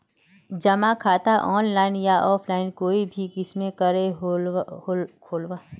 जमा खाता ऑनलाइन या ऑफलाइन कोई भी किसम करे खोलवा सकोहो ही?